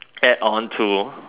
add on to